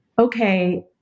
okay